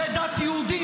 שירותי דת יהודיים,